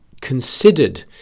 considered